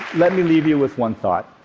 let me leave you with one thought.